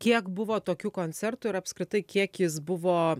kiek buvo tokių koncertų ir apskritai kiek jis buvo